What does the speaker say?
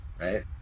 right